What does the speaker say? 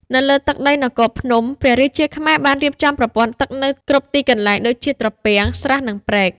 នៅលើទឹកដីនគរភ្នំ ព្រះរាជាខ្មែរបានរៀបចំប្រព័ន្ធទឹកនៅគ្រប់ទីកន្លែង ដូចជា ត្រពាំង ស្រះ និងព្រែក។